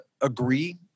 agree